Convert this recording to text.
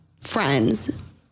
friends